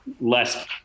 less